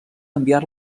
enviar